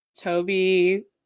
Toby